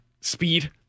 speed